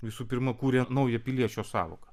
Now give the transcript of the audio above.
visų pirma kūrė naują piliečio sąvoką